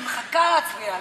אני מחכה להצביע עליו.